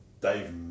Dave